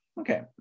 Okay